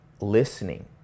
listening